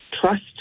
trust